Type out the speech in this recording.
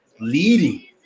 leading